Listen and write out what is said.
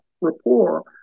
rapport